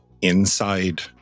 Inside